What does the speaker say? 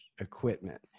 equipment